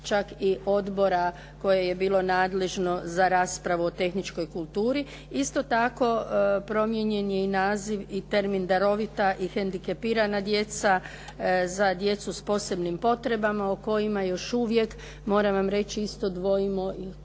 čak i odbora koje je bilo nadležno za raspravu o tehničkoj kulturi. Isto tako, promijenjen je i naziv i termin darovita i hendikepirana djeca za djecu s posebnim potrebama o kojima još uvijek, moram vam reći isto dvojimo i koja su